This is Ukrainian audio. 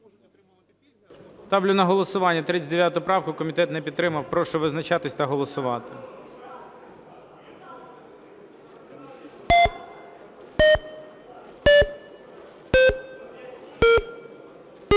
Ставлю на голосування 157 правку. Комітет не підтримав. Прошу визначатися та голосувати.